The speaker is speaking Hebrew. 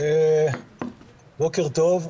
בוקר טוב.